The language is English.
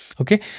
Okay